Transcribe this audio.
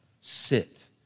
sit